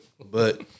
But-